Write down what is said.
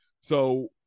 So-